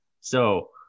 So-